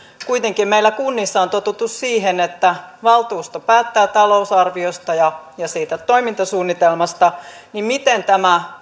kuitenkin meillä kunnissa on totuttu siihen että valtuusto päättää talousarviosta ja siitä toimintasuunnitelmasta niin miten tämä